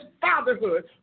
fatherhood